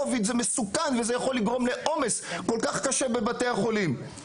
קוביד מסוכן ויכול לגרום לעומס כל כך קשה בבתי החולים.